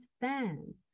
fans